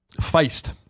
Feist